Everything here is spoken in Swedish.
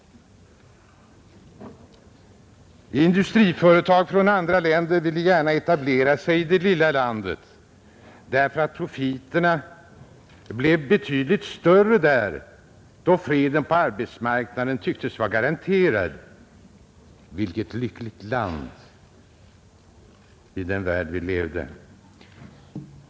Industriföretag från andra länder ville gärna etablera sig i det lilla landet, därför att profiterna blev betydligt större där, då freden på arbetsmarknaden tycktes vara garanterad. Vilket lyckligt land i den värld där vi levde!